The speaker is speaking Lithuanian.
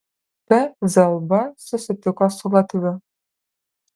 t zelba susitiko su latviu